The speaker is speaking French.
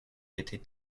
était